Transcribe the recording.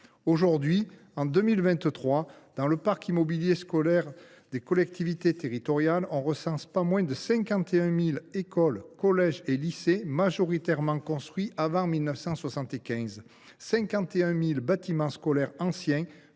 Aujourd’hui, en 2023, dans le parc immobilier scolaire des collectivités territoriales, on ne recense pas moins de 51 000 écoles, collèges et lycées, majoritairement construits avant 1975 : 51 000 bâtiments scolaires anciens,